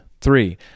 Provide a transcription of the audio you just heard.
Three